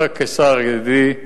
אתה, כשר, ידידי,